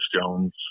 Jones